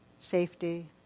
safety